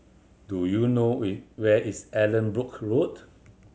do you know where is Allanbrooke Road